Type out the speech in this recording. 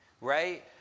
right